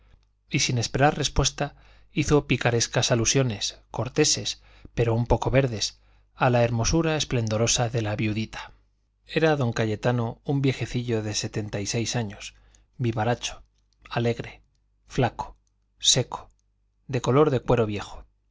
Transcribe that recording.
y sin esperar respuesta hizo picarescas alusiones corteses pero un poco verdes a la hermosura esplendorosa de la viudita era don cayetano un viejecillo de setenta y seis años vivaracho alegre flaco seco de color de cuero viejo